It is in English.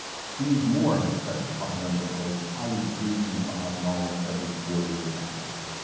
steve moore has testified under oath, i was briefing bob mueller every forty eight hours.